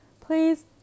Please